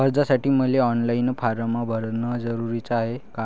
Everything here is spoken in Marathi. कर्जासाठी मले ऑनलाईन फारम भरन जरुरीच हाय का?